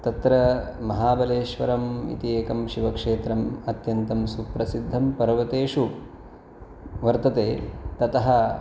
तत्र महाबलेश्वरम् इति एकं शिवक्षेत्रम् अत्यन्तं सुप्रसिद्धं पर्वतेषु वर्तते ततः